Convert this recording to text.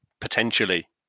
potentially